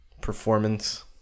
performance